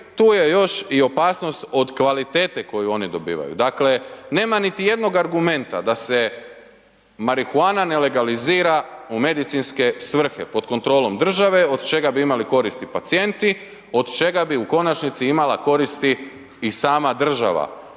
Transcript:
tu je još i opasnost od kvalitete koju oni dobivaju. Dakle, nema niti jednog argumenta da se marihuana ne legalizira u medicinske svrhe pod kontrolom države od čega bi imali koristi pacijenti, od čega bi u konačnici imala koristi i sama država